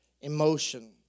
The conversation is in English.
emotion